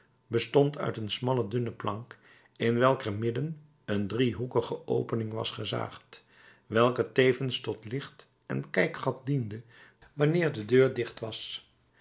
bestond uit een smalle dunne plank in welker midden een driehoekige opening was gezaagd welke tevens tot licht en kijkgat diende wanneer de deur dicht was